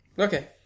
Okay